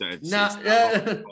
nah